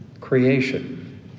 creation